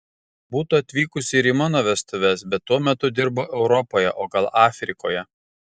būtų atvykusi ir į mano vestuves bet tuo metu dirbo europoje o gal afrikoje